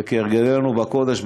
וכהרגלנו בקודש,